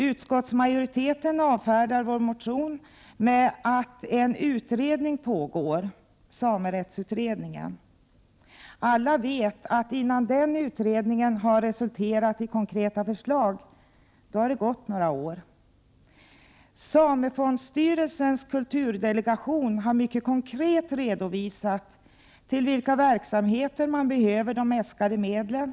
Utskottsmajoriteten avfärdar vår motion med att en utredning pågår, samerättsutredningen. Alla vet att några år har gått innan den utredningen har resulterat i konkreta förslag. Samefondsstyrelsens kulturdelegation har mycket konkret redovisat till vilka verksamheter man behöver de äskade medlen.